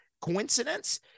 Coincidence